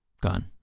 gone